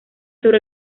sobre